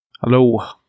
Hello